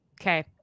Okay